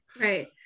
Right